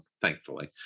thankfully